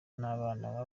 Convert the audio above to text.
n’abana